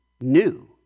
new